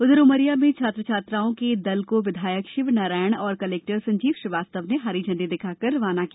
उधर उमरिया में छात्राओं को दल को विधायक शिवनारायण और कलेक्टर संजीव श्रीवास्तव ने हरी झंडी दिखाकर रवाना किया